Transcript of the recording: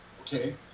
okay